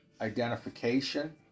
identification